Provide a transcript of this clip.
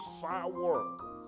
firework